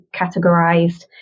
categorized